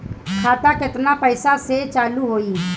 खाता केतना पैसा से चालु होई?